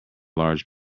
large